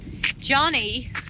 Johnny